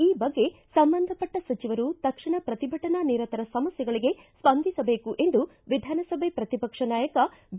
ಈ ಬಗ್ಗೆ ಸಂಬಂಧಪಟ್ಟ ಸಚಿವರು ತಕ್ಷಣ ಪ್ರತಿಭಟನಾ ನಿರತರ ಸಮಸ್ಥೆಗಳಿಗೆ ಸ್ವಂದಿಸಬೇಕು ಎಂದು ವಿಧಾನಸಭೆ ಪ್ರತಿಪಕ್ಷ ನಾಯಕ ಬಿ